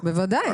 בוודאי.